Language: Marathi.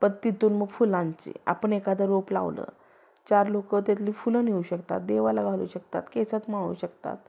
पर्त तिथून मग फुलांची आपण एखादं रोप लावलं चार लोकं त्यातली फुलं न्हीऊ शकतात देवाला घालू शकतात केसात मावळू शकतात